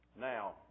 Now